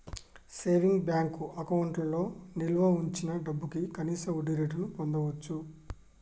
savings bank అకౌంట్లో నిల్వ వుంచిన డబ్భుకి కనీస వడ్డీరేటును పొందచ్చు